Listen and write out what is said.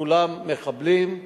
כולם מחבלים,